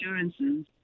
insurances